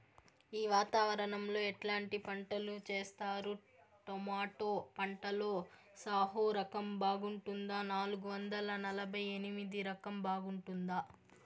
ఈ వాతావరణం లో ఎట్లాంటి పంటలు చేస్తారు? టొమాటో పంటలో సాహో రకం బాగుంటుందా నాలుగు వందల నలభై ఎనిమిది రకం బాగుంటుందా?